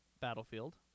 battlefield